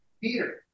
Peter